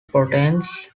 proteins